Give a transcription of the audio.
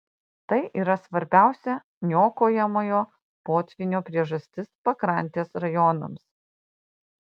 tai yra svarbiausia niokojamojo potvynio priežastis pakrantės rajonams